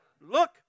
Look